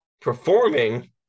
performing